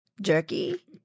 Jerky